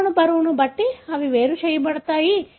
పరమాణు బరువును బట్టి అవి వేరు చేయబడతాయి